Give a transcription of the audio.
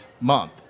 month